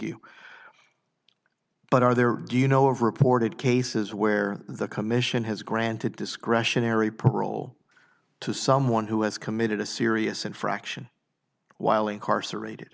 you but are there do you know of reported cases where the commission has granted discretionary parole to someone who has committed a serious infraction while incarcerated